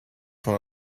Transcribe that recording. von